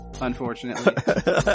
unfortunately